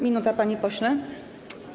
Minuta, panie pośle.